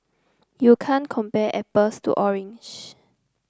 you can't compare apples to orange